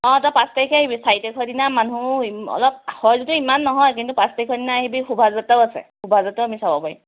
অঁ তই পাঁচ তাৰিখে আহিবি চাৰি তাৰিখৰ দিনা মানুহ অলপ হয় যদিও ইমান নহয় পাঁচ তাৰিখৰ দিনা আহিবি শোভা যাত্ৰাও আছে শোভা যাত্ৰাও আমি চাব পাৰিম